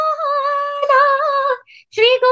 Shri